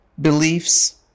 beliefs